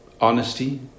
honesty